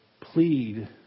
plead